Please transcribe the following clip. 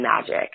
magic